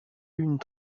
une